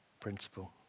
principle